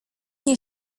nie